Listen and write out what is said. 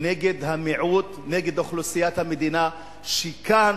נגד המיעוט, נגד אוכלוסיית המדינה שכאן